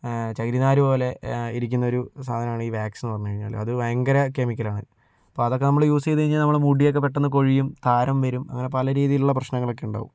ചകിരിനാരു പോലെ ഇരിക്കുന്നൊരു സാധനമാണ് ഈ വാക്സെന്നു പറഞ്ഞുകഴിഞ്ഞാൽ അത് ഭയങ്കര കെമിക്കലാണ് അപ്പോൾ അതൊക്കെ നമ്മള് യൂസ് ചെയ്തുകഴിഞ്ഞാൽ നമ്മുടെ മുടിയൊക്കെ പെട്ടന്ന് കൊഴിയും താരൻ വരും അങ്ങനെ പല രീതിയിലുള്ള പ്രശ്നങ്ങളൊക്കെ ഉണ്ടാവും